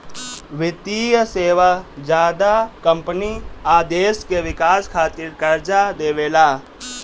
वित्तीय सेवा ज्यादा कम्पनी आ देश के विकास खातिर कर्जा देवेला